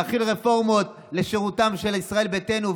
להחיל רפורמות לשירותם של ישראל ביתנו,